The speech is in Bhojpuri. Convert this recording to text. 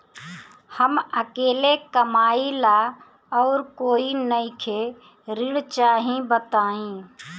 हम अकेले कमाई ला और कोई नइखे ऋण चाही बताई?